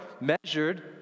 measured